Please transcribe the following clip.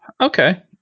Okay